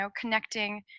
connecting